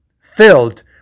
filled